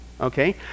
okay